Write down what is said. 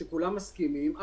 שכולם מסכימים שהיא מדינת קצה,